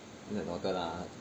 not my daughter lah